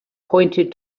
pointed